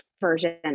version